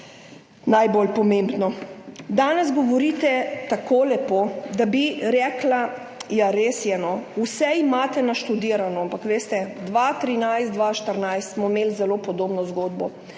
najbolj pomembno. Danes govorite tako lepo, da bi rekla, ja, res je, vse imate naštudirano, ampak veste, 2013, 2014 smo imeli zelo podobno zgodbo,